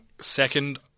second